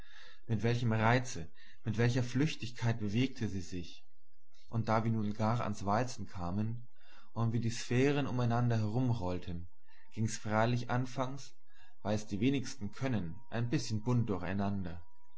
mit welchem reize mit welcher flüchtigkeit bewegte sie sich und da wir nun gar ans walzen kamen und wie die sphären um einander herumrollten ging's freilich anfangs weil's die wenigsten können ein bißchen bunt